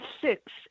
six